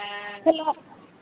hello